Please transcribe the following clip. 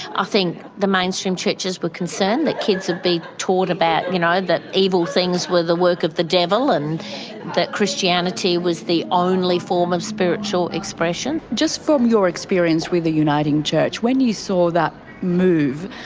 i think the mainstream churches were concerned that kids would be taught about, you know, that evil things were the work of the devil, and that christianity was the only form of spiritual expression. just from your experience with the uniting church, when you saw that move,